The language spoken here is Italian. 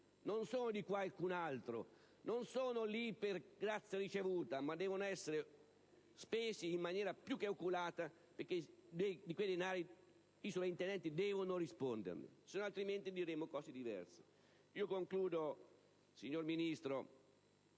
e non di qualcun altro. Non sono lì per grazia ricevuta, ma devono essere spesi in maniera più che oculata, perché di quei denari i soprintendenti devono rispondere; altrimenti diremo cose diverse. Concludo ringraziandola,